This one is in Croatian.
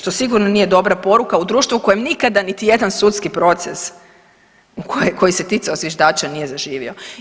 To sigurno nije dobra u društvu u kojem nikada niti jedan sudski proces koji se ticao zviždača nije zaživio.